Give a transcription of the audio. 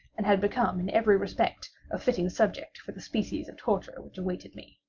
and had become in every respect a fitting subject for the species of torture which awaited me.